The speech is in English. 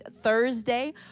thursday